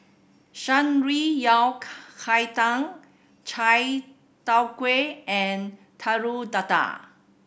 Shan Rui yao cai tang Chai Tow Kuay and Telur Dadah